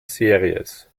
series